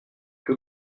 que